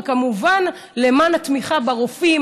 וכמובן למען התמיכה ברופאים,